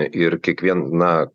ir kiekviena